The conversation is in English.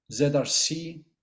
ZRC